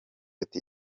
ati